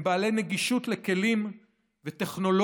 והם בעלי גישה לכלים וטכנולוגיות